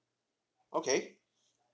okay